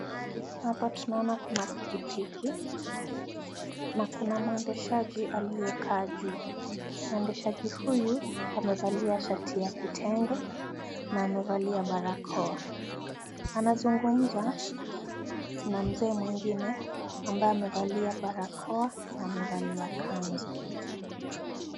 Hapa tunaona kuna pikipiki na kuna mwendeshaji aliyekaa juu, mwendeshaji huyu amevalia shati ya kitenge na amevalia barakoa. Anazungumza na mzee mwingine ambaye amevalia barakoa na amevalia kanzu.